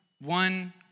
one